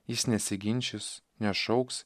jis nesiginčys nešauks